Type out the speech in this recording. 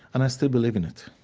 and i still believe in it.